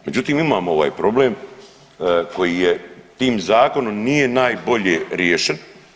Međutim imamo ovaj problem koji je, tim zakonom nije najbolje riješen.